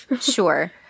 sure